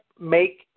make